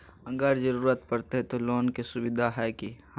अगर जरूरत परते तो लोन के सुविधा है की?